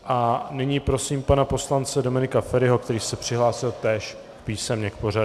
A nyní prosím pana poslance Dominika Feriho, který se přihlásil též písemně k pořadu.